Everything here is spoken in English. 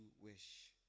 wish